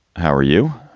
how are you?